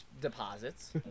deposits